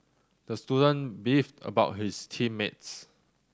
the student beefed about his team mates